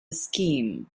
scheme